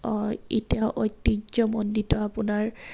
এতিয়া ঐতিহ্যমণ্ডিত আপোনাৰ